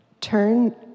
Turn